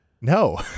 No